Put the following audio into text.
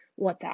WhatsApp